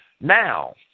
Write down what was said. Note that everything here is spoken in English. Now